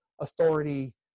authority